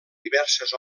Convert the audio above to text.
diverses